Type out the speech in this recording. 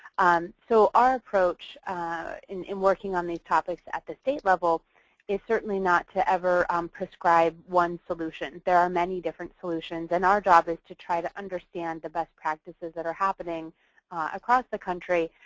um so our approach in working on these topics at the state level is certainly not to ever prescribe one solution. there are many different solutions and our job is to try to understand the best practices that are happening across the country,